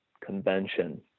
convention